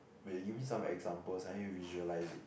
wait give me some examples I need to visualise it